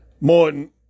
Morton